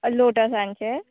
लोटसांचे